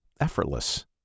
effortless